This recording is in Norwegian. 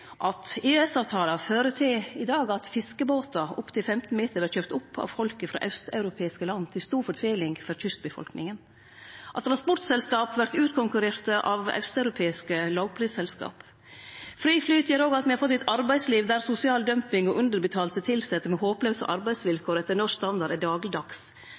I dag fører jo EØS-avtalen til at fiskebåtar på opptil 15 meter vert kjøpte opp av folk frå austeuropeiske land, til stor fortviling for kystbefolkninga, og at transportselskap vert utkonkurrerte av austeuropeiske lågprisselskap. Fri flyt gjer òg at me har fått eit arbeidsliv der sosial dumping og underbetalte tilsette med håplause arbeidsvilkår – etter norsk standard – er